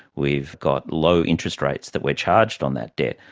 we've got low interest rates that we're charged on that debt.